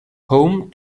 home